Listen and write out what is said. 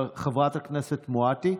חברת הכנסת מואטי,